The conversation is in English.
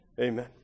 Amen